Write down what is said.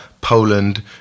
Poland